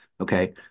okay